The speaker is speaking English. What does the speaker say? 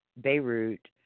Beirut